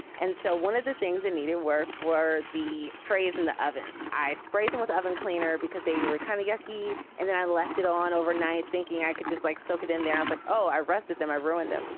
and so one of the things that and needed work were the trays in the oven. i sprayed them with oven cleaner because they were kind of yucky. and then i left it on overnight thinking i could just like soak it in the ass like, oh, i rested them, i ruined them,